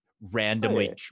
randomly